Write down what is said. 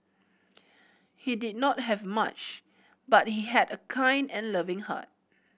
he did not have much but he had a kind and loving heart